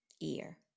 ear